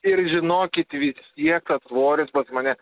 ir žinokit vis tiek tas svoris pas mane